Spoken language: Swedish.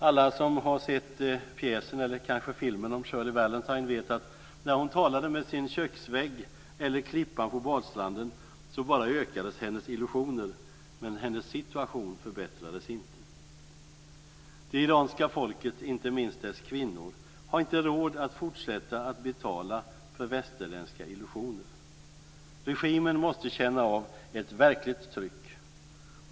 Alla som har sett pjäsen eller kanske filmen om Shirley Valentine vet att när hon talade med sin köksvägg eller klippan på badstranden så ökade bara hennes illusioner, men hennes situation förbättrades inte. Irans folk, inte minst dess kvinnor, har inte råd att fortsätta att betala för västerländska illusioner. Regimen måste känna av ett verkligt tryck.